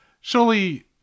Surely